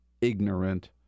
ignorant